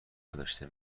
نداشته